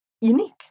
unique